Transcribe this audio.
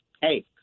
hey